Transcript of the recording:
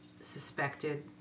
suspected